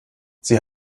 sie